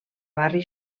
barri